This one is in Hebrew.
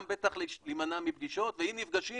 גם בטח להימנע מפגישות ואם נפגשים